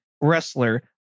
wrestler